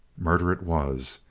murder it was,